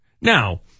Now